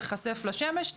איחשף לשמש,